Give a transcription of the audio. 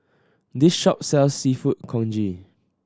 this shop sells Seafood Congee